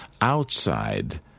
outside